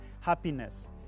happiness